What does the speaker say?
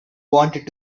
wanted